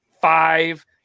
five